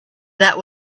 that